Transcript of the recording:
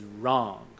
wrong